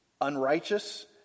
unrighteous